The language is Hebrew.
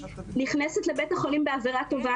נכנסת לבית החולים באווירה טובה,